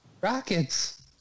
Rockets